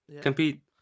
compete